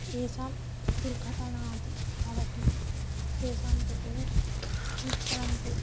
एषां दुर्घटनादि भवति तेषां कृते मुख्यमन्त्रि